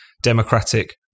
democratic